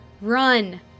Run